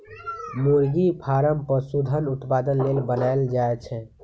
मुरगि फारम पशुधन उत्पादन लेल बनाएल जाय छै